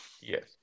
Yes